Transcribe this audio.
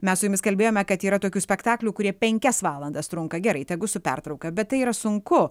mes su jumis kalbėjome kad yra tokių spektaklių kurie penkias valandas trunka gerai tegu su pertrauka bet tai yra sunku